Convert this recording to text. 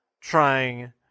trying